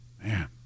Man